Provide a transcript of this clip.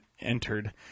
entered